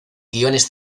guiones